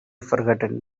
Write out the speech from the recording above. forgotten